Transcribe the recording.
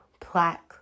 plaque